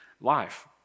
life